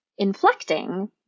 inflecting